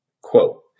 Quote